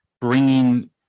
bringing